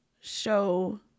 show